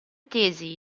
tesi